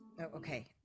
okay